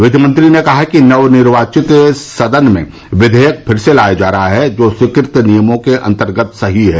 विधि मंत्री ने कहा कि नव निर्वावित सदन में विधेयक फिर से लाया जा रहा है जो स्वीकृत नियमों के अंतर्गत सही है